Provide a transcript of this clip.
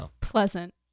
Pleasant